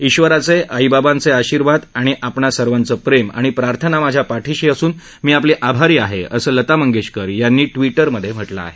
ईश्वराचे आई बाबांचे आशिर्वाद आणि आपणा सर्वांचे प्रेम आणि प्रार्थना माझ्या पाठीशी असून मी आपली आभारी आहे असं लता मंगेशकर यांनी ट्वीटरमध्ये म्हटलं आहे